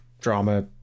drama